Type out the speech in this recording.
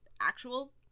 actual